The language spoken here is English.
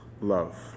love